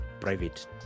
private